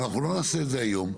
אנחנו לא נעשה את זה היום.